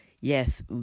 Yes